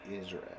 Israel